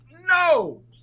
No